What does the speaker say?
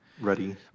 ready